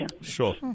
Sure